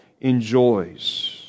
enjoys